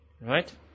Right